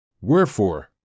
Wherefore